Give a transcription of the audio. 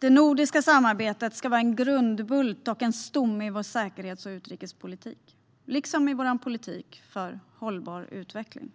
Det nordiska samarbetet ska vara en grundbult och en stomme i vår säkerhets och utrikespolitik liksom i vår politik för hållbar utveckling.